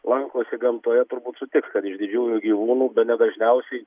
lankosi gamtoje turbūt sutiks kad iš didžiųjų gyvūnų bene dažniausiai